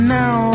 now